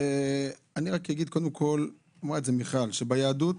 אמרה מיכל, שביהדות